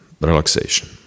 relaxation